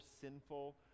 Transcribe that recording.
sinful